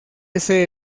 ese